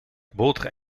boter